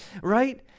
right